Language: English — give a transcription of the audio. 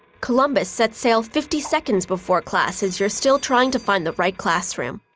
columbus sets sail fifty seconds before class as you're still trying to find the right classroom.